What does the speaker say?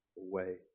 away